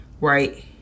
right